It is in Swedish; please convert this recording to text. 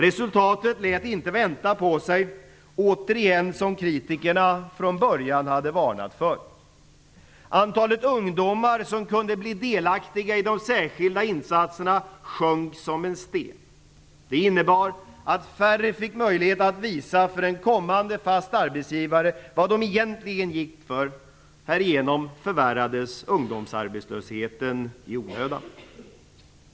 Resultatet lät inte vänta på sig - återigen blev det som kritikerna från början hade varnat för. Antalet ungdomar som kunde bli delaktiga i de särskilda insatserna minskade lika snabbt som en sten sjunker. Det innebar att färre fick möjlighet att visa för en kommande fast arbetsgivare vad de egentligen gick för. Härigenom förvärrades ungdomsarbetslösheten i onödan.